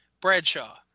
Bradshaw